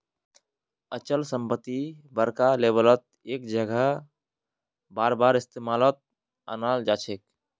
अचल संपत्ति बड़का लेवलत एक जगह बारबार इस्तेमालत अनाल जाछेक